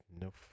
no